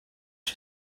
you